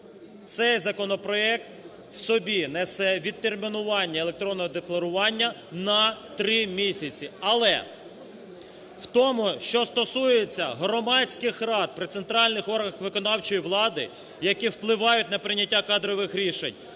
цей законопроект в собі несе відтермінування електронного декларування на 3 місяці. Але в тому, що стосується громадських рад при центральних органах виконавчої влади, які впливають на прийняття кадрових рішень,